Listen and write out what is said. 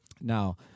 Now